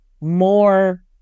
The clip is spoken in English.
more